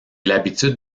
l’habitude